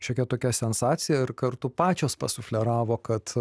šiokia tokia sensacija ir kartu pačios pasufleravo kad